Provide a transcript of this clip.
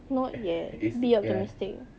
not yet be optimistic